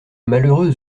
malheureuses